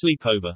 sleepover